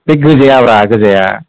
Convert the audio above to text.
बे गोजाया ब्रा गोजाया